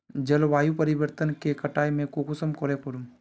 जलवायु परिवर्तन के कटाई में कुंसम करे करूम?